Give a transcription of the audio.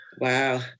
Wow